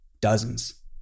dozens